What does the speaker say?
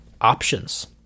options